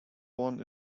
one